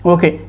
Okay